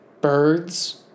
birds